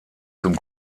zum